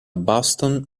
boston